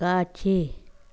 காட்சி